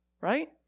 right